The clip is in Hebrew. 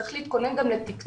צריך גם להתכונן לתקצוב,